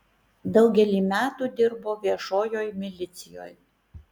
daugelį metų dirbo viešojoj milicijoj